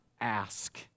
ask